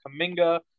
Kaminga